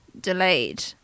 delayed